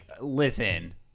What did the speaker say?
listen